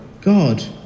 God